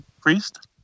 priest